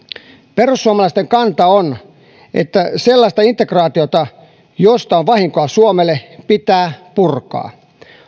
perussuomalaisten kanta on että sellaista integraatiota josta on vahinkoa suomelle pitää purkaa